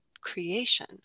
creation